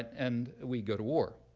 and we go to war.